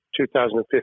2015